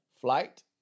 Flight